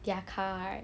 their car right